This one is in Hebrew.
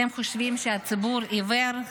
אתם חושבים שהציבור עיוור?